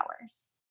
hours